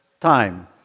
time